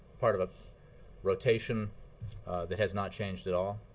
part of a rotation that has not changed at all